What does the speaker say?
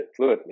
fluidly